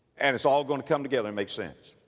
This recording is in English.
and it's all going to come together and make sense.